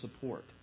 support